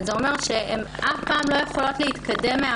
זה אומר שהן אף פעם לא יכולות להתקדם מן